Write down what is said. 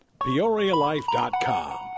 PeoriaLife.com